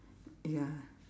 ya